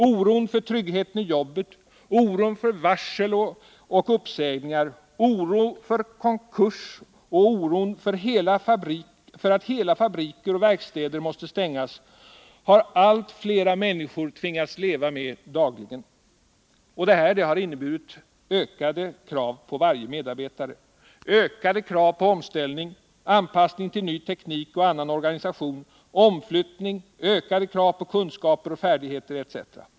Oron för tryggheten i jobbet, oron för varsel och uppsägningar, oron för konkurs och oron för att hela fabriker och verkstäder måste stängas har allt fler människor tvingats leva med dagligen. Detta har inneburit ökade krav på varje medarbetare. Ökade krav på omställning, anpassning till ny teknik och annan organisation, omflyttning, ökade krav på kunskaper och färdigheter etc.